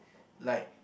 like